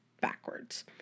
backwards